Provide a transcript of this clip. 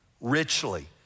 richly